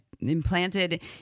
implanted